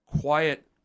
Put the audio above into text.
quiet